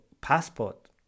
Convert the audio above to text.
passport